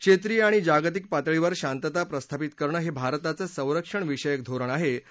क्षेत्रिय आणि जागतिक पातळीवर शांतता प्रस्तापित करणं हे भारताचं संरक्षण विषयक धोरण आहे असं ते म्हणाले